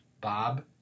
Bob